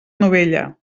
novella